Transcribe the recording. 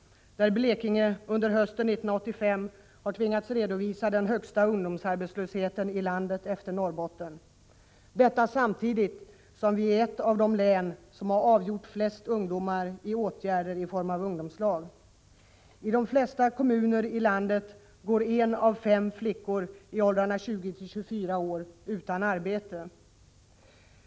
Blekinge har under hösten 1985 tvingats redovisa den högsta ungdomsarbetslösheten i landet efter Norrbotten — detta samtidigt som Blekinge är ett av de län som har avgjort flest ungdomar i åtgärder i form av ungdomslag. I de flesta kommuner i länet går en av fem flickor i åldrarna 20-24 år utan arbete.